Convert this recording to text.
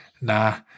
nah